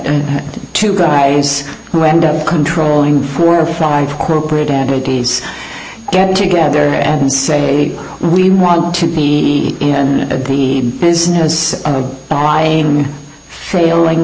and two guys who end up controlling four or five corporate entities get together and say we want to be in the business of buying failing